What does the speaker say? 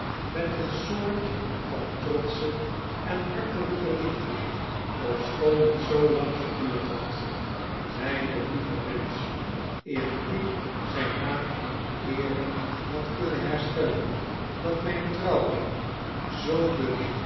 met een soort van trotsche en hartelijke lielde ofschoon het zoolang geduurd had myn lieve mensch eer ik zyn naam in eere had kunnen herstellen dat myn trouwring zoo dun